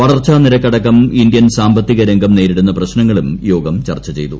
വളർച്ചാ നിരക്ക് അടക്കം ഇന്ത്യൻ സാമ്പത്തിക രംഗം നേരിടുന്ന പ്രശ്നങ്ങളും യോഗം ചർച്ച ചെയ്തു